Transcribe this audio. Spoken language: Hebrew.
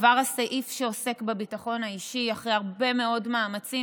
עבר הסעיף שעוסק בביטחון האישי אחרי הרבה מאוד מאמצים,